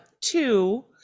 Two